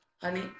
honey